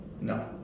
No